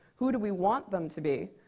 who do we want them to be?